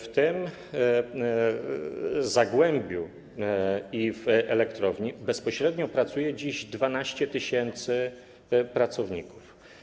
W tym zagłębiu i w elektrowni bezpośrednio pracuje dziś 12 tys. pracowników.